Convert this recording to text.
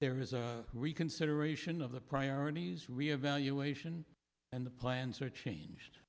there is a reconsideration of the priorities reevaluation and the plans are changed